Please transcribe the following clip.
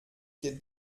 geht